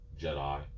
Jedi